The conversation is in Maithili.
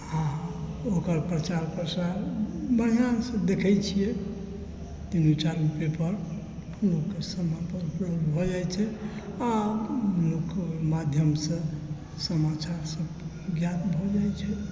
आओर ओकर प्रचार प्रसार बढ़िआँसँ देखै छिए तीनू चारू पेपर उपलब्ध भऽ जाइ छै आओर ओकर माध्यमसँ समाचार सब ज्ञात भऽ जाइ छै